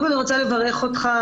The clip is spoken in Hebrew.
קודם כול אני רוצה לברך אותך,